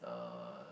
uh